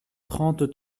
trente